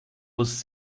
was